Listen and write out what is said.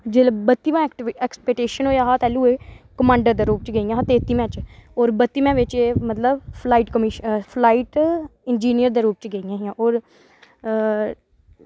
जेल्लै बत्तीमां activation acceptation होएआ हा तैह्लूं एह् कमांडर दे रूप च गेइयां हियां तेत्तीमां च होर बत्तीमें बिच्च एह् मतलब फ्लाईट कमी फ्लाइट इंजीनियर दे रूप च गेइयां हियां होर